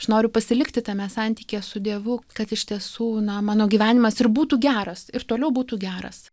aš noriu pasilikti tame santykyje su dievu kad iš tiesų na mano gyvenimas ir būtų geras ir toliau būtų geras